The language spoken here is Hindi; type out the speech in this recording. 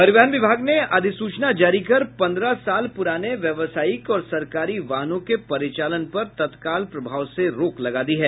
परिवहन विभाग ने अधिसूचना जारी कर पन्द्रह साल पूराने व्यावसायिक और सरकारी वाहनों के परिचालन पर तत्काल प्रभाव से रोक लगा दी है